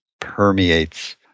permeates